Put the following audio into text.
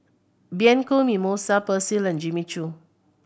Bianco Mimosa Persil and Jimmy Choo